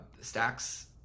stacks